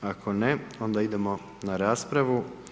Ako ne, onda idemo na raspravu.